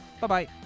Bye-bye